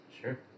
Sure